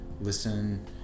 listen